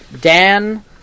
Dan